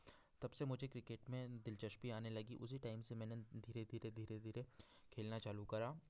तब से मुझे क्रिकेट में दिलचस्पी आने लगी उसी टाइम से मैंने धीरे धीरे धीरे धीरे खेलना चालू करा